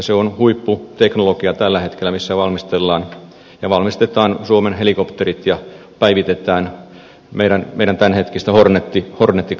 se on huipputeknologiaa tällä hetkellä ja siellä valmistetaan suomen helikopterit ja päivitetään meidän tämänhetkistä hornet kalustoakin